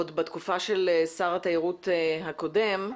עוד בתקופה של שר התיירות הקודם.